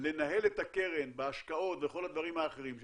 לנהל את הקרן בהשקעות וכל הדברים האחרים שלה,